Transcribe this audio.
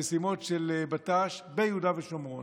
במשימות של בט"ש ביהודה ושומרון.